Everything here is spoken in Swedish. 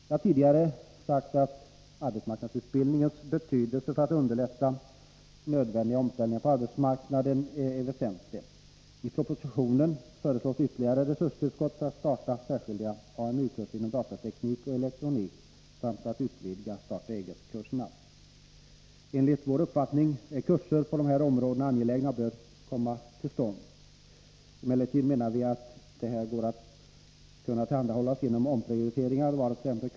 Jag har tidigare pekat på arbetsmarknadsutbildningens betydelse för att underlätta nödvändiga omställningar på arbetsmarknaden. I propositionen föreslås ytterligare resurstillskott för att starta särskilda AMU-kurser inom datateknik och elektronik samt för att utvidga starta-eget-kurser. Enligt vår uppfattning är kurser på dessa områden angelägna och bör komma till stånd. Vi menar emellertid att medel bör kunna tillhandahållas genom omprioriteringar, varvidt.ex.